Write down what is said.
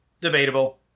Debatable